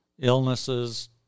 illnesses